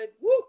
Woo